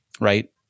right